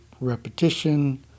repetition